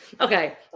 okay